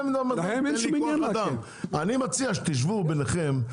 אני מציע שתשבו ביניכם.